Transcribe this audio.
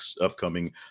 upcoming